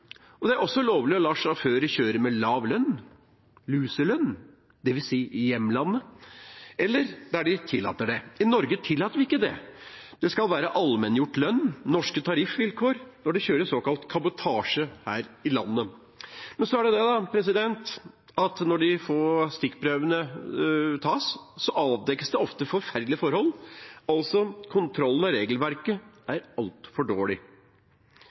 og det er også lovlig å la sjåfører kjøre med lav lønn, luselønn, dvs. i hjemlandet, eller der de tillater det. I Norge tillater vi ikke det. Det skal være allmenngjort lønn, norske tariffvilkår, når man kjører såkalt kabotasje her i landet. Men når de få stikkprøvene tas, avdekkes det ofte forferdelige forhold. Kontrollen med regelverket er altså altfor dårlig.